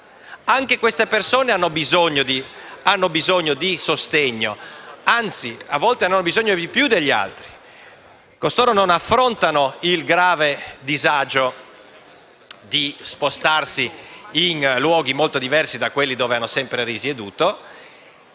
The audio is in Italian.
Anche queste persone hanno bisogno di sostegno; anzi, a volte ne hanno bisogno più delle altre. Costoro non affrontano il grave disagio di spostarsi in luoghi molto diversi da quelli in cui hanno sempre risieduto,